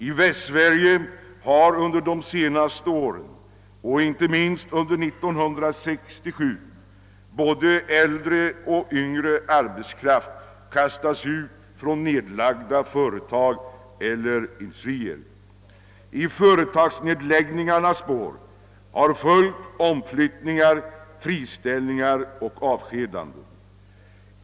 I Västsverige har under de senaste åren, och inte minst under 1967, både äldre och yngre arbetskraft kastats ut från nedlagda företag eller industrier. I företagsnedläggningarnas spår har följt omflyttningar, friställningar och avskedanden.